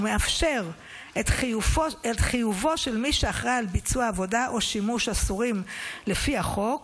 ומאפשר את חיובו של מי שאחראי לביצוע עבודה או שימוש אסורים לפי החוק